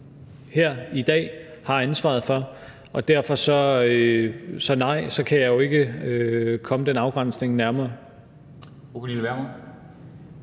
her i dag har ansvaret for. Så derfor kan jeg ikke komme den afgrænsning nærmere,